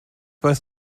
weiß